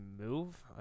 move